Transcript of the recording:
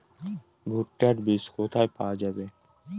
ভুট্টার বিজ কোথায় পাওয়া যাবে?